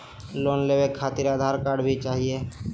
Loan लेवे खातिरआधार card भी चाहियो?